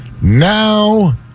Now